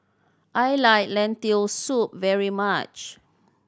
I like Lentil Soup very much